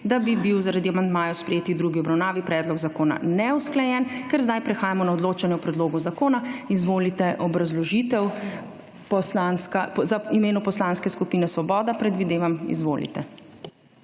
da bi bil zaradi amandmajev, sprejetih v drugi obravnavi, predlog zakona neusklajen. Ker zdaj prehajamo na odločanje o predlogu zakona, izvolite obrazložitev, v imenu Poslanske skupine svoboda, predvidevam. Izvolite.